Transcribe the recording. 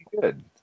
good